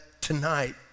tonight